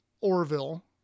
Orville